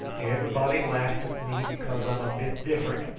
everybody laughs at me because i'm a bit different,